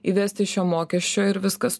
įvesti šio mokesčio ir viskas